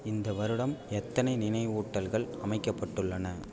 இந்த வருடம் எத்தனை நினைவூட்டல்கள் அமைக்கப்பட்டுள்ளன